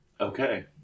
Okay